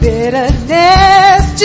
bitterness